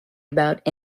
about